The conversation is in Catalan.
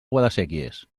guadasséquies